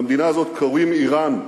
למדינה הזאת קוראים אירן.